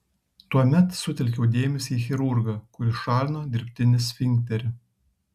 tuomet sutelkiau dėmesį į chirurgą kuris šalino dirbtinį sfinkterį